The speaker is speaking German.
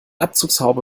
abzugshaube